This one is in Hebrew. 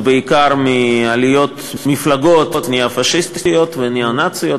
האנטישמיות נובעת בעיקר מעליית מפלגות ניאו-פאשיסטיות וניאו-נאציות.